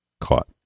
caught